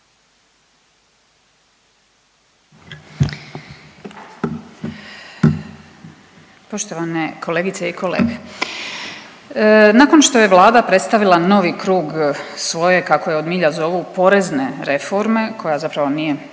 Poštovane kolegice i kolege, nakon što je Vlada predstavila novi krug kako je od milja zovu porezne reforme koja zapravo nije